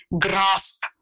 grasp